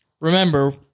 Remember